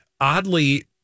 oddly